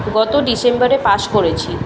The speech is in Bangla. গত ডিসেম্বরে পাশ করেছি